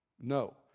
No